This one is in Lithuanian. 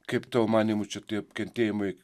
kaip tavo manymu čia tie kentėjimai